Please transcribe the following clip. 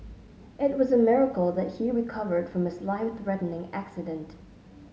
it was a miracle that he recovered from his life threatening accident